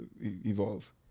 evolve